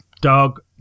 dog